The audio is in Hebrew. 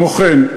כמו כן,